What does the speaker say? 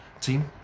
team